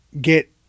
get